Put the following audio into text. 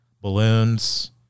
balloons